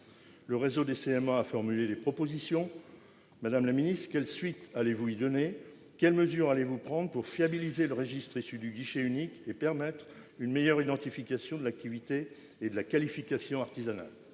Le réseau des CMA a formulé des propositions. Madame la ministre, quelles suites allez-vous y donner ? Quelles mesures allez-vous prendre pour fiabiliser le registre issu du guichet unique et permettre une meilleure identification de l'activité et de la qualification artisanales ?